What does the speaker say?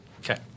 Okay